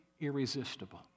irresistible